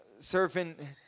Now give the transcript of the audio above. surfing